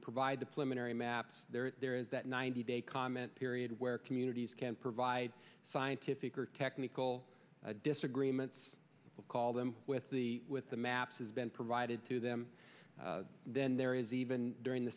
provide the plenary maps there is that ninety day comment period where communities can provide scientific or technical disagreements we'll call them with the with the maps has been provided to them then there is even during the